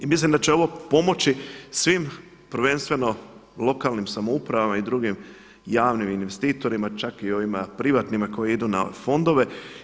Mislim da će ovo pomoći svim, prvenstveno lokalnim samoupravama i drugim javnim investitorima, čak i ovima privatnima koji idu na fondove.